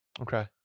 Okay